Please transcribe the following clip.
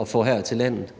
at få her til landet?